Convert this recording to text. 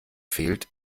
fehlt